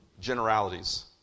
generalities